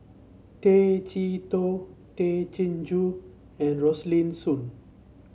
Tay Chee Toh Tay Chin Joo and Rosaline Soon